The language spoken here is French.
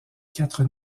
quatre